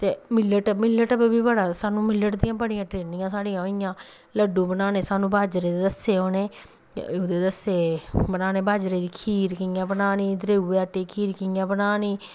ते millet millet बी बड़ा साह्नूं मिल्लट दियां बड़ियां ट्रेनिंगां साढ़ियां होइयां लड्डू बनाने बाजरे दे दस्से साह्नूं उ'नें ते ओह्दे दस्से बनाने बाजरे दी खीर कि'यां बनानी दरेऊऐ दे आटे दी खीर कि'यां बनानी